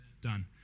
Done